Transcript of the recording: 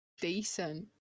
Decent